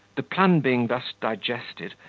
the plan being thus digested,